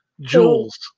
jewels